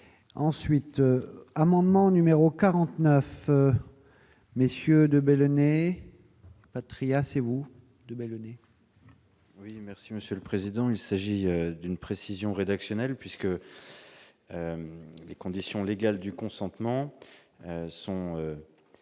ensuite amendement numéro 49. Messieurs de belles années Patriat c'est vous devez le nez. Oui, merci Monsieur le président, il s'agit d'une précision rédactionnelle puisque les conditions légales du consentement sont